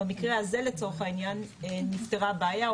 במקרה הזה לצורך העניין נפתרה הבעיה,